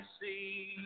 see